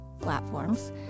platforms